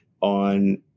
on